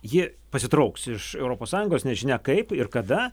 ji pasitrauks iš europos sąjungos nežinia kaip ir kada